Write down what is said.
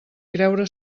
creure